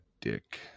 dick